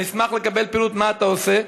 אני אשמח לקבל פירוט מה אתה עושה,